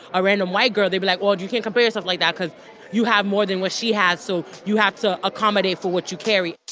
ah random white girl, they'd be like, oh, and you can't compare yourself like that because you have more than what she has. so you have to accommodate for what you carry